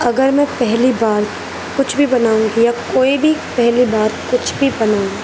اگر میں پہلی بار کچھ بھی بناؤں گی یا کوئی بھی پہلی بار کچھ بھی بنے گا